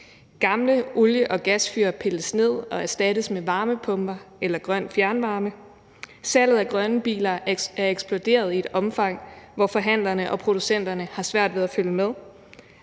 Gamle olie- og gasfyr pilles ned og erstattes med varmepumper eller grøn fjernvarme, salget af grønne biler er eksploderet i et omfang, hvor forhandlerne og producenterne har svært ved at følge med.